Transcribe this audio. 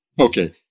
Okay